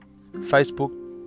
Facebook